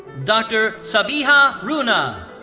dr. sabiha runa.